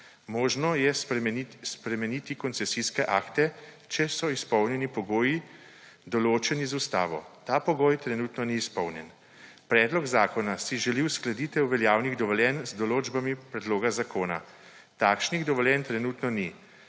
Možno je spremeniti koncesijske akte, če so izpolnjeni pogoji, določeni z Ustavo. Ta pogoj trenutno ni izpolnjen. Predlog zakona si želi uskladitev veljavnih dovoljenj z določbami predloga zakona. Takšnih dovoljenj trenutno ni.